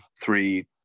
three